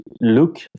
look